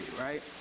right